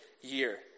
year